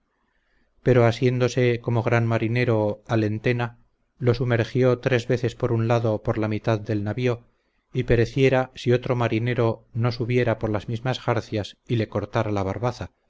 pero asiéndose como gran marinero al entena lo sumergió tres veces por un lado por la mitad del navío y pereciera si otro marinero no subiera por las mismas jarcias y le cortara la barbaza